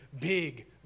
big